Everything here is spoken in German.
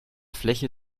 fläche